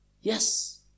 Yes